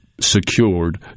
secured